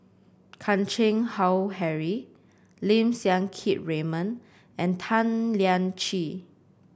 Chan Keng Howe Harry Lim Siang Keat Raymond and Tan Lian Chye